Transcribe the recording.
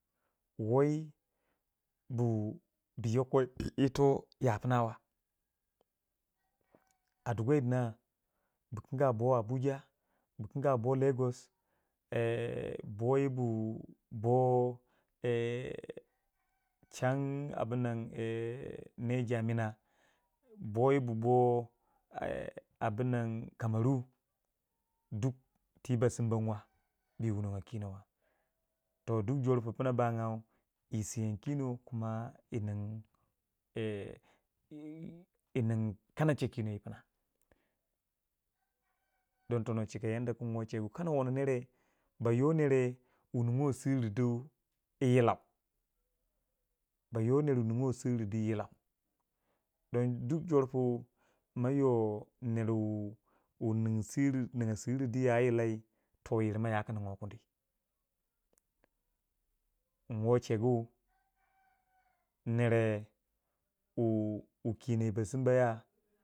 woi bu yoko ito ya pina wa a du gwai dina. bu kanga boh abuja, bu kanga bo lagos, bo yibu bo chan abunnan naija mina, bo yi bu bo abunnan cameroon duk ti ba simba nwa bi yi wunongo kinon wa toh duk jor pu pina bangau yi siyan kino kuma yi nin kanacha kinon yi pima, don tono chika yanda kun chegu kana wono nere ba yo nere wu yi nindu siri du yi yilau ba yo nere wu nindu siri du yilau don duk jor pu ma yo ner wu nin siri di ya yilai toh yirma yaku ninguwai kuni nwo chegu nere wu wu kinon yi basimbaya.